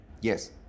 Yes